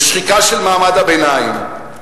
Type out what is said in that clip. בשחיקה של מעמד הביניים,